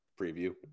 preview